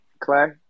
Clay